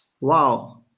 Wow